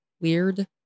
Weird